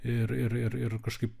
ir ir ir kažkaip